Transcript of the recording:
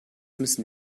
müssen